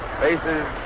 faces